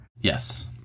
Yes